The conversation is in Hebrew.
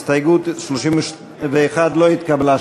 הסתייגות 31 לא התקבלה.